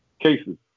cases